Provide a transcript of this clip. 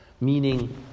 meaning